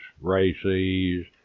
Races